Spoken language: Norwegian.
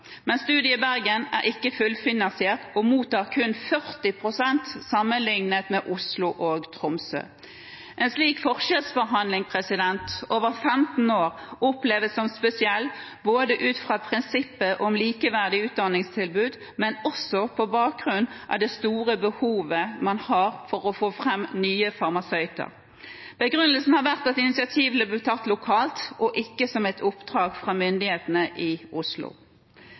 Men studiet i Bergen er ikke fullfinansiert og mottar kun 40 pst. sammenlignet med Oslo og Tromsø. En slik forskjellsbehandling over 15 år oppleves som spesiell ut fra prinsippet om likeverdige utdanningstilbud, men også på bakgrunn av det store behovet man har for å få fram nye farmasøyter. Begrunnelsen har vært at initiativet ble tatt lokalt, og ikke som et oppdrag fra myndighetene i Oslo.